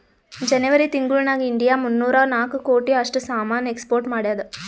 ಜನೆವರಿ ತಿಂಗುಳ್ ನಾಗ್ ಇಂಡಿಯಾ ಮೂನ್ನೂರಾ ನಾಕ್ ಕೋಟಿ ಅಷ್ಟ್ ಸಾಮಾನ್ ಎಕ್ಸ್ಪೋರ್ಟ್ ಮಾಡ್ಯಾದ್